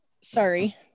Sorry